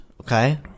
okay